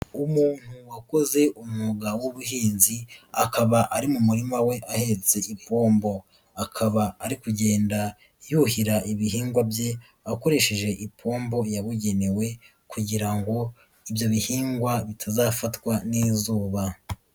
Umuntu wakoze umwuga w'ubuhinzi, akaba ari mu murima we ahetse impombo, akaba ari kugenda yuhira ibihingwa bye akoresheje ipombo yabugenewe kugira ngo ibyo bihingwa bitazafatwa n'izuba.